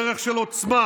דרך של עוצמה,